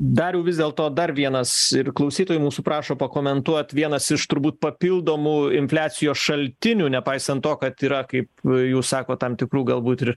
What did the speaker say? dariau vis dėlto dar vienas ir klausytojų mūsų prašo pakomentuot vienas iš turbūt papildomų infliacijos šaltinių nepaisant to kad yra kaip jūs sakot tam tikrų galbūt ir